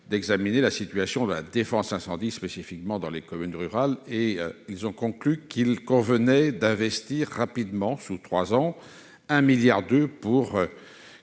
examiner la situation de la défense incendie, spécifiquement dans les communes rurales. Ils ont conclu qu'il convenait d'investir rapidement, sous trois ans, 1,2 milliard d'euros pour